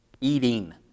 Eating